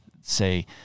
say